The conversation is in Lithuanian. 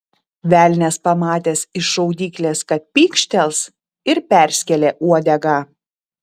velnias pamatęs iš šaudyklės kad pykštels ir perskėlė uodegą